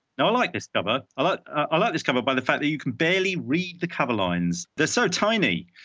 no, i like this cover. i but ah like this cover by the fact that you can barely read the cover lines. they're so tiny.